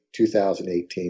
2018